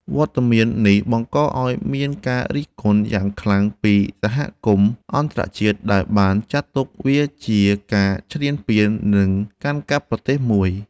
វត្តមាននេះបង្កឱ្យមានការរិះគន់យ៉ាងខ្លាំងពីសហគមន៍អន្តរជាតិ ដែលបានចាត់ទុកវាជាការឈ្លានពាន និងកាន់កាប់ប្រទេសមួយ។